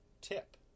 tip